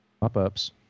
pop-ups